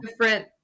different